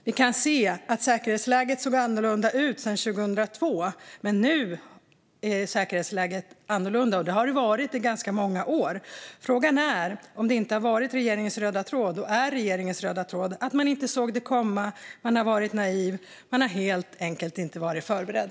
Vi kan se att säkerhetsläget såg annorlunda ut 2002, men nu är läget ett annat. Det har det varit i ganska många år. Frågan är om det inte har varit och är regeringens röda tråd att man inte såg det komma, att man har varit naiv och att man helt enkelt inte har varit förberedd.